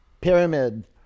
pyramid